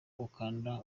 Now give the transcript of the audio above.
ukanda